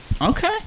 Okay